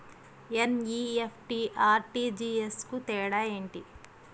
NEFT, RTGS కు తేడా ఏంటి?